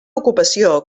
ocupació